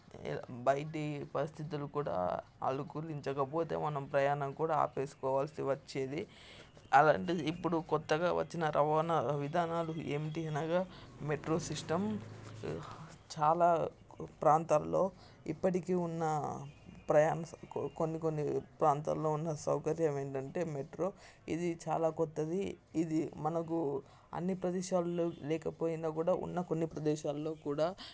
బయటి పరిస్థితులు కూడా అలుకూరుంచకపోతే మనం ప్రయాణం కూడా ఆపేసుకోవాల్సి వచ్చేది అలాంటిది ఇప్పుడు కొత్తగా వచ్చిన రవాణా విధానాలు ఏమిటి అనగా మెట్రో సిస్టం చాలా ప్రాంతాల్లో ఇప్పటికీ ఉన్న ప్రయాణం కొన్ని కొన్ని ప్రాంతాల్లో ఉన్న సౌకర్యం ఏంటంటే మెట్రో ఇది చాలా కొత్తది ఇది మనకు అన్ని ప్రదేశాలు లేకపోయినా కూడా ఉన్న కొన్ని ప్రదేశాల్లో కూడా